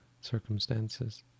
circumstances